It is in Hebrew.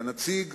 כנציג